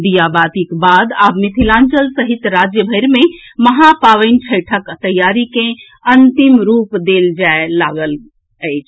दीयाबातीक बाद आब मिथिलांचल सहित राज्य भरि मे महापावनि छठिक तैयारी के अंतिम रूप देल जाए लागल अछि